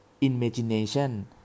imagination